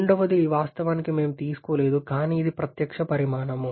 రెండవది వాస్తవానికి మేము తీసుకోలేదు కానీ ఇది ప్రత్యక్ష పరిణామం